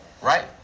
right